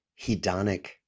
hedonic